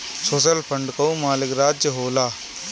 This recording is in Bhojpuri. सोशल फंड कअ मालिक राज्य होला